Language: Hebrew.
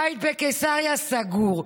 הבית בקיסריה, סגור.